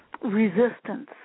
resistance